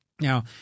Now